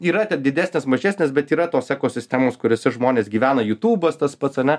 yra ten didesnės mažesnės bet yra tos ekosistemos kuriose žmonės gyvena jutūbas tas pats ane